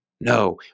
No